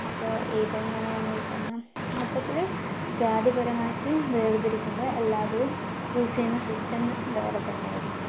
അപ്പോൾ ഇതെങ്ങനെയാന്ന് വെച്ച് കഴിഞ്ഞ മൊത്തത്തില് ജാതിപരമായിറ്റ് വേർതിരിക്കുമ്പൊ എല്ലാവരും യൂസ് ചെയ്യുന്ന സിസ്റ്റം വേറെ തന്നെയായിരിക്കും